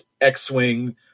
X-wing